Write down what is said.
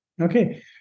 Okay